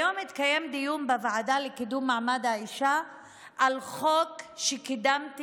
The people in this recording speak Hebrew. היום התקיים דיון בוועדה לקידום מעמד האישה על חוק שקידמתי.